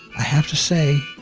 i have to say,